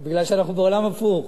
כי אנחנו בעולם הפוך.